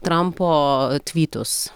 trampo tvytus